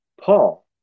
Paul